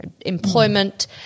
employment